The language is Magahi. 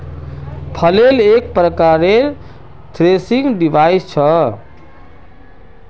फ्लेल एक प्रकारेर थ्रेसिंग डिवाइस छ